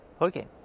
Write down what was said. Okay